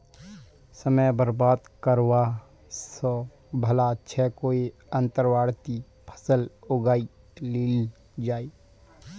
समय बर्बाद करवा स भला छ कोई अंतर्वर्ती फसल उगइ लिल जइ